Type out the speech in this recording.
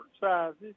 sizes